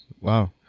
Wow